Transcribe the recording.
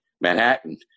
Manhattan